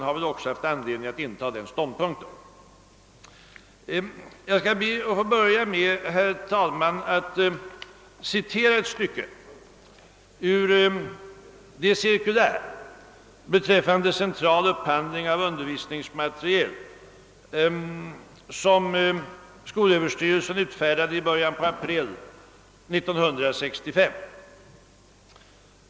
Jag skall därför, herr talman, be att få börja med att citera ett stycke ur det cirkulär beträffande central upphandling av undervisningsmateriel som skolöverstyrelsen utfärdade i början på april 1965.